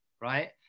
right